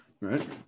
right